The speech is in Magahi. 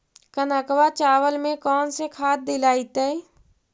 कनकवा चावल में कौन से खाद दिलाइतै?